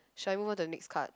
shall I move on to the next card